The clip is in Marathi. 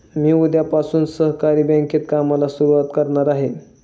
मी उद्यापासून सहकारी बँकेत कामाला सुरुवात करणार आहे